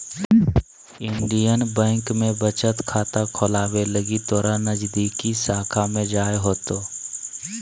Indian Bank में बचत खाता खोलावे लगी तोरा नजदीकी शाखा में जाय होतो